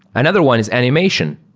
another one is animation.